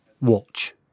Watch